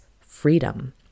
freedom